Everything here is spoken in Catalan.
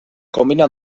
combina